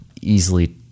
easily